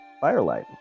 Firelight